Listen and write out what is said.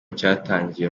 cyatangiwe